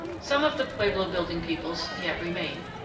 some of the pueblo-building peoples yet remain.